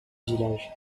village